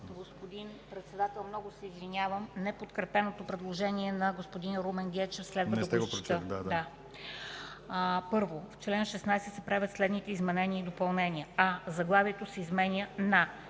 Господин председател, много се извинявам, неподкрепеното предложение на Румен Гечев следва да го прочета. „1. В чл. 16 се правят следните изменения и допълнения: а) заглавието се променя на